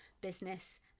business